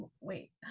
wait